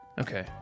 Okay